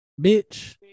bitch